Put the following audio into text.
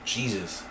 Jesus